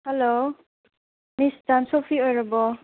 hello ꯃꯤꯁ ꯆꯥꯟꯁꯣꯐꯤ ꯑꯣꯏꯔꯕꯣ